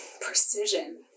Precision